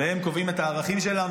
והם קובעים את הערכים שלנו.